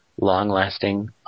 long-lasting